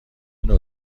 نوع